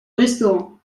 restaurant